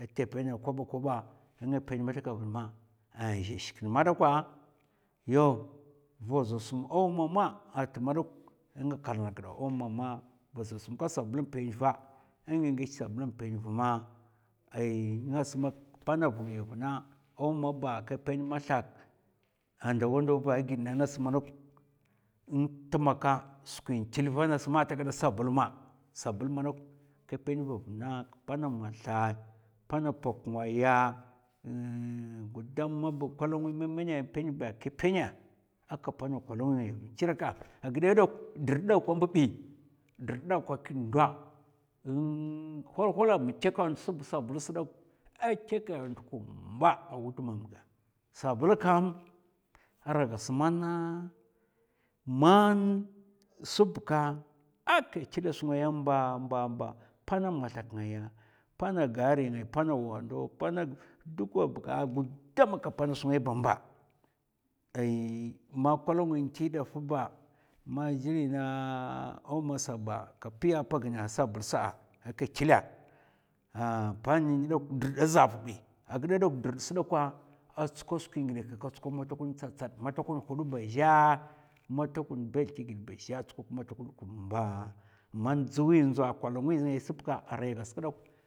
A tè pèna'a koba koba a nga pèn mathaka vn ma an za shik na madakwa yaw vasa sum omo ma at madok a nga kalana ghidè omo ma, vasa smka sabl n'pènva a nga ngèch sabl n'pènva ma. ai ngas panav ngaya vna omo ba ka pèn mathak a ndawa ndaw ba a ghid na ngas manok ntmaka skwin til va nas ma ata gada sabl ma, sabl dok ka pèn va vna kpana mathak, kpana pok ngaya èhh gudam mab kolongwi ma mana pèn ba ka pèna, a ka pana kolongwi chrèka a giɗa dok, drɗa a mbuèi dridd dok a kid nɗo hul hullaba in tèkè ndos ba sabls dok a tèka ndo kumba a wud mam ga sabl kam ara gas mana man sbka a ka chidè skwi ngay mba mba mba, pana mathak, pana gari ngaya, pana wandaw pana dukka bka a guddam ka pana skwi ngay ba, ai man kolongwi nti ɗaf ba ma gli naa omo saba ka piyapa gina sabl sa a ka tlè ahh panin dok drɗa dza pbi a ghidè dok drdd s'dokwa a tskwa matakun skwi ngidɓ matakun tsad tsad, matakun hud ba zhè, matakun nbèlz tighidè ba zhè a tsokak matakun kumba man dzwi in zaw a kolongwi ngaya sɓa arai gas dok,